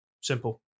simple